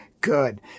Good